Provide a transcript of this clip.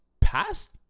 past